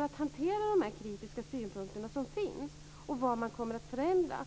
att hantera de kritiska synpunkter som finns, och vad kommer man att förändra?